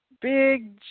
Big